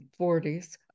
40s